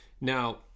Now